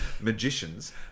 magicians